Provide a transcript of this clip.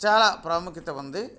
చాలా ప్రాముఖ్యత ఉంది